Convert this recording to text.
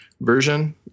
version